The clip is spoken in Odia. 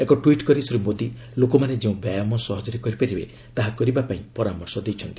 ଏକ ଟୂଇଟ୍ କରି ଶ୍ରୀ ମୋଦୀ ଲୋକମାନେ ଯେଉଁ ବ୍ୟାୟାମ ସହଜରେ କରିପାରିବେ ତାହା କରିବା ପାଇଁ ପରାମର୍ଶ ଦେଇଛନ୍ତି